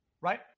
right